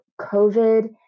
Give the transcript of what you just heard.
COVID-